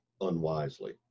unwisely